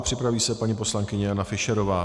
Připraví se paní poslankyně Jana Fischerová.